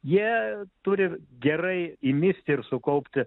jie turi gerai įmist ir sukaupti